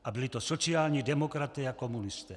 A byli to sociální demokraté a komunisté.